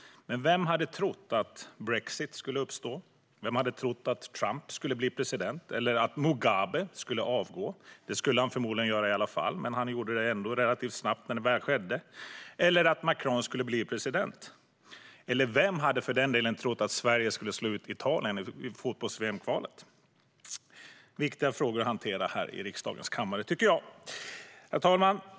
Men vem hade trott att brexit skulle uppstå? Vem hade trott att Trump skulle bli president eller att Mugabe skulle avgå? Det skulle han förmodligen ha gjort i alla fall, men han gjorde det ändå relativt snabbt när det väl skedde. Vem hade trott att Macron skulle bli president? Eller vem hade för den delen trott att Sverige skulle slå ut Italien i kvalet till fotbolls-VM? Det är viktiga frågor att hantera här i riksdagens kammare, tycker jag. Herr talman!